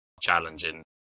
challenging